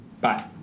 Bye